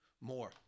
more